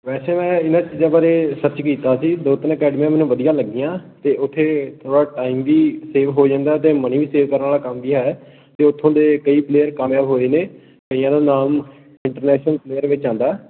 ਵੈਸੇ ਮੈਂ ਇਹਨਾਂ ਚੀਜ਼ਾਂ ਬਾਰੇ ਰਿਸਰਚ ਕੀਤਾ ਸੀ ਦੋ ਤਿੰਨ ਅਕੈਡਮੀਆਂ ਮੈਨੂੰ ਵਧੀਆ ਲੱਗੀਆਂ ਅਤੇ ਉੱਥੇ ਥੋੜ੍ਹਾ ਟਾਈਮ ਵੀ ਸੇਵ ਹੋ ਜਾਂਦਾ ਅਤੇ ਮਨੀ ਵੀ ਸੇਵ ਕਰਨ ਵਾਲਾ ਕੰਮ ਵੀ ਹੈ ਅਤੇ ਉੱਥੋਂ ਦੇ ਕਈ ਪਲੇਅਰ ਕਾਮਯਾਬ ਹੋਏ ਨੇ ਕਈਆਂ ਦਾ ਨਾਮ ਇੰਟਰਨੈਸ਼ਨਲ ਪਲੇਅਰ ਵਿੱਚ ਆਉਂਦਾ